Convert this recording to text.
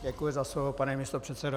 Děkuji za slovo, pane místopředsedo.